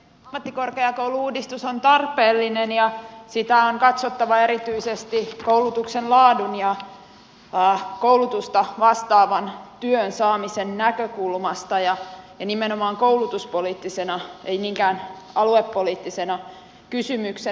ammattikorkeakoulu uudistus on tarpeellinen ja sitä on katsottava erityisesti koulutuksen laadun ja koulutusta vastaavan työn saamisen näkökulmasta ja nimenomaan koulutuspoliittisena ei niinkään aluepoliittisena kysymyksenä